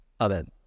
Amen